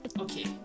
okay